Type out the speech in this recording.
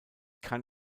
kann